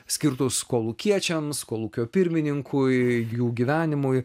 skirtus kolūkiečiams kolūkio pirmininkui jų gyvenimui